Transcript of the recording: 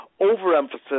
overemphasis